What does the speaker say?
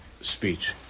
speech